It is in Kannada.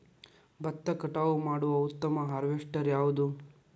ಭತ್ತ ಕಟಾವು ಮಾಡುವ ಉತ್ತಮ ಹಾರ್ವೇಸ್ಟರ್ ಯಾವುದು?